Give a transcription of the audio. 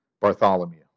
Bartholomew